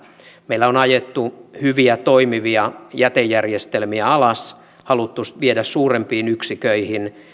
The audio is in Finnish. meillä on ajettu hyviä toimivia jätejärjestelmiä alas haluttu viedä suurempiin yksiköihin